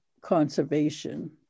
conservation